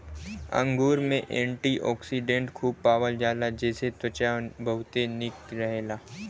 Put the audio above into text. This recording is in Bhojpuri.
अंगूर में एंटीओक्सिडेंट खूब पावल जाला जेसे त्वचा बहुते निक रहेला